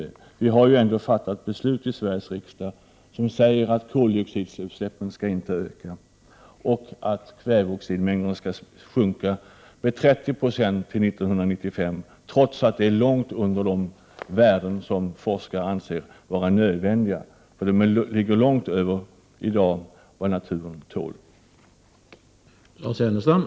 Vi i Sveriges riksdag har ändå fattat beslut om att koldioxidutsläppen inte skall öka och om att kväveoxidmängden skall minskas med 30 96 fram till 1995 — detta trots att forskare anser det vara nödvändigt med en mycket större minskning. I dag ligger ju värdena långt över gränsen för vad naturen tål.